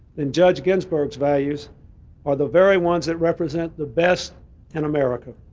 then judge ginsburg's values are the very ones that represent the best in america.